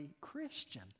Christian